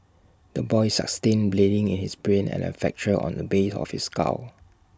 the boy sustained bleeding in his brain and A fracture on the base of his skull